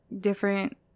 different